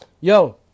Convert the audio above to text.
Yo